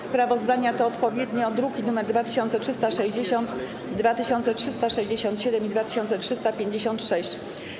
Sprawozdania to odpowiednio druki nr 2360, 2367 i 2356.